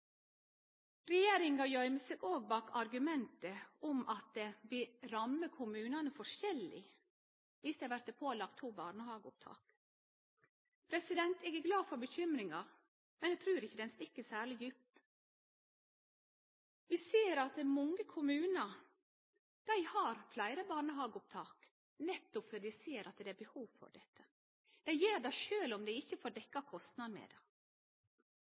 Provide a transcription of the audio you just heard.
Regjeringa gøymer seg òg bak argumentet om at det vil ramme kommunane forskjellig om dei blir pålagde to barnehageopptak. Eg er glad for bekymringa, men eg trur ikkje ho stikk særleg djupt. Vi ser at mange kommunar har fleire barnehageopptak, nettopp fordi dei ser at det er behov for det. Og dei gjer det sjølv om dei ikkje får dekt kostnadene med det.